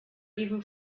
even